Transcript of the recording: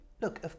Look